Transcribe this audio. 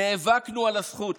נאבקנו על הזכות